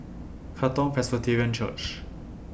Katong Presbyterian Church